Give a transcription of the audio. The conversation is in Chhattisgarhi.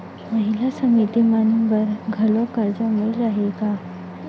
महिला समिति मन बर घलो करजा मिले जाही का?